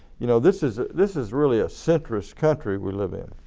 you know this is this is really a centrist country we live in.